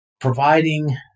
Providing